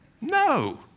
No